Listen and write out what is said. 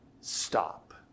stop